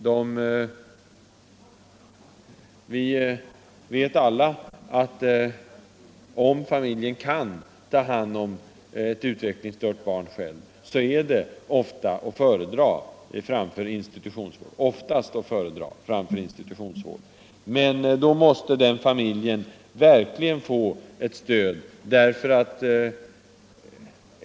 Vi vet alla att om familjen själv kan ta hand om ett utvecklingsstört barn, är denna lösning oftast att föredra framför institutionsvård. Men då måste den familjen verkligen få ett stöd.